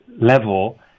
level